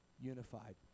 unified